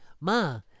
ma